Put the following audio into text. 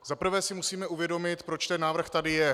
Za prvé si musíme uvědomit, proč ten návrh tady je.